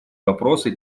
вопросы